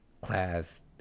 class